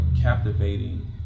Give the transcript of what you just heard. captivating